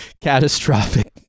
catastrophic